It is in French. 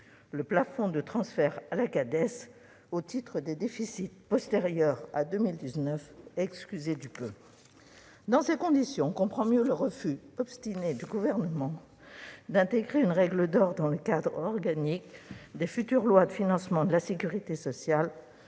de la dette sociale (Cades) au titre des déficits postérieurs à 2019- excusez du peu ! Dans ces conditions, on comprend mieux le refus obstiné du Gouvernement d'intégrer une règle d'or dans le cadre organique des futures lois de financement de la sécurité sociale,